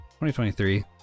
2023